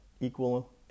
equal